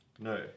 No